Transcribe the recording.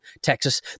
Texas